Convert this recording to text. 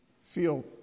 feel